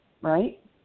right